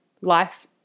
life